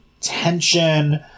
tension